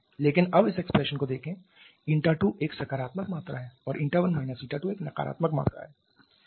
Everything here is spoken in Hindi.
लेकिन अब इस expression को देखें η2 एक सकारात्मक मात्रा है और η1 − η2 एक नकारात्मक मात्रा है